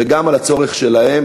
וגם על הצורך שלהם,